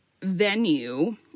venue